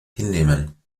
hinnehmen